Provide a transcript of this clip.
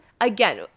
again